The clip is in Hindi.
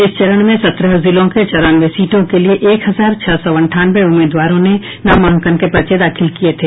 इस चरण में सत्रह जिलों के चौरानवे सीटों के लिये एक हजार छह सौ अंठानवे उम्मीदवारों ने नामांकन के पर्चे दाखिल किये थे